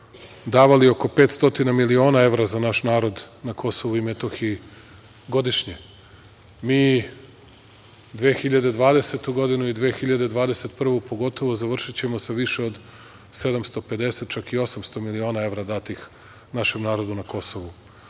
davali oko 500 miliona evra za naš narod na Kosovu i Metohiji godišnje. Mi 2020. i pogotovo 2021. godinu završićemo sa više od 750, čak i 800 miliona datih našem narodu na Kosovu.